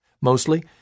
Mostly